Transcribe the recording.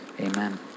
Amen